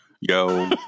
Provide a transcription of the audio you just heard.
Yo